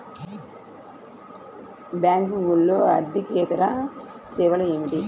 బ్యాంకింగ్లో అర్దికేతర సేవలు ఏమిటీ?